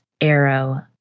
arrow